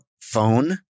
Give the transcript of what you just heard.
phone